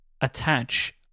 attach